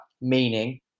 meaning